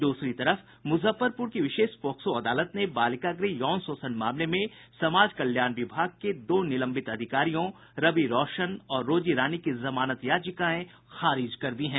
दूसरी तरफ मुजफ्फरपुर की विशेष पोक्सो अदालत ने बालिका गृह यौन शोषण मामले में समाज कल्याण विभाग के दो निलंबित अधिकारियों रवि रोशन और रोजी रानी की जमानत याचिकाएं खारिज कर दी हैं